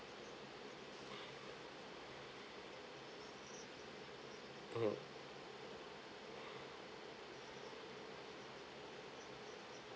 mm